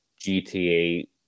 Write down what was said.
gta